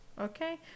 Okay